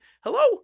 hello